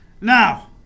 Now